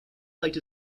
later